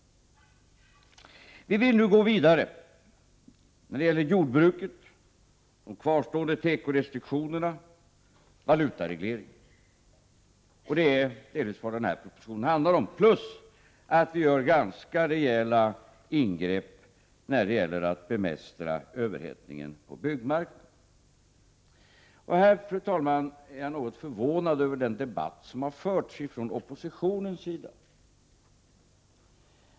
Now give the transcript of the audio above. Vi vill nu gå vidare när det gäller jordbruket, de kvarstående tekorestriktionerna och valutaregleringen. Det är delvis om detta som denna proposition handlar. Vi gör dessutom ganska rejäla ingrepp när det gäller att bemästra överhettningen på byggmarknaden. Här är jag något förvånad, fru talman, över den debatt som har förts från oppositionens sida.